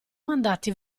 mandati